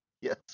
Yes